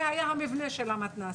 זה היה המבנה של המתנ"ס.